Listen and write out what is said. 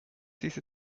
diese